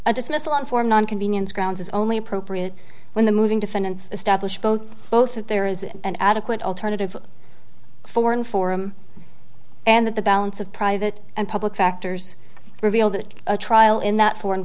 dismissal informed on convenience grounds is only appropriate when the moving defendants establish both both that there is an adequate alternative for inform and that the balance of private and public factors reveal that a trial in that foreign